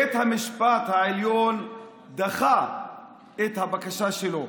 בית המשפט העליון דחה את הבקשה שלו.